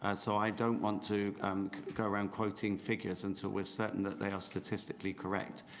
and so i don't want to go around quoting figures until we're certainly that they are statistically correct.